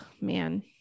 man